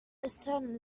ascertain